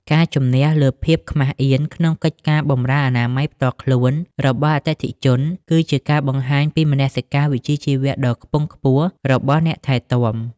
ការជំនះលើភាពខ្មាសអៀនក្នុងកិច្ចការបម្រើអនាម័យផ្ទាល់ខ្លួនរបស់អតិថិជន គឺជាការបង្ហាញពីមនសិការវិជ្ជាជីវៈដ៏ខ្ពង់ខ្ពស់របស់អ្នកថែទាំ។